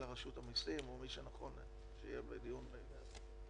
רשות המסים או מי שנכון שיהיה בדיון כזה.